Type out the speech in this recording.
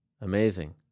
Amazing